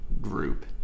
group